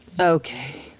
Okay